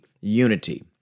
unity